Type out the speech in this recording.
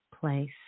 place